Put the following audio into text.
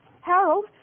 Harold